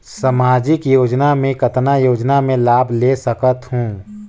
समाजिक योजना मे कतना योजना मे लाभ ले सकत हूं?